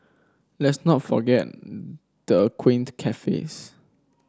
let's not forgot the quaint cafes